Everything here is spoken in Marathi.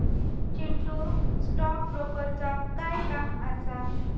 चिंटू, स्टॉक ब्रोकरचा काय काम असा?